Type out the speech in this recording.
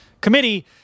committee